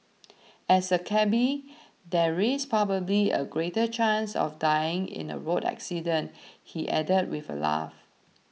as a cabby there is probably a greater chance of dying in a road accident he added with a laugh